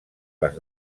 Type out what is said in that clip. les